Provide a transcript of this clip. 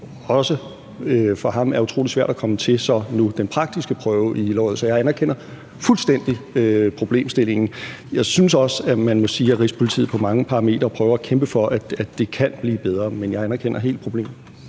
også er utrolig svært at komme til den praktiske prøve i Hillerød. Så jeg anerkender fuldstændig problemstillingen. Men jeg synes også, man må sige, at Rigspolitiet på mange parametre prøver at kæmpe for, at det kan blive bedre. Men jeg anerkender helt problemet.